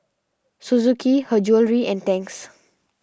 Suzuki Her Jewellery and Tangs